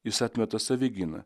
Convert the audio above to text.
jis atmeta savigyną